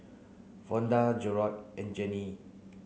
Fonda Gerold and Jeane